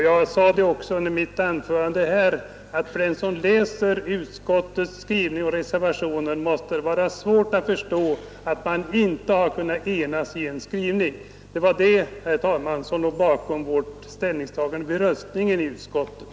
Jag sade också i mitt anförande här att för den som läser utskottets skrivning och reservationen måste det vara svårt att förstå att man inte har kunnat enas i en skrivning. Det var detta, herr talman, som låg bakom vårt ställningstagande vid röstningen i utskottet.